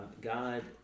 God